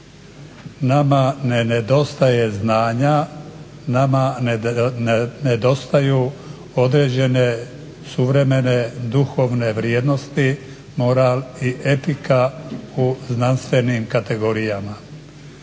Nama ne nedostaje znanja, nama nedostaju određene suvremene duhovne vrijednosti, moral i etika u znanstvenim kategorijama.